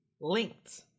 linked